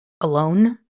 Alone